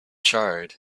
charred